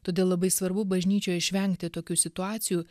todėl labai svarbu bažnyčioje išvengti tokių situacijų